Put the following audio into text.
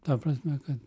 ta prasme kad